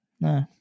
no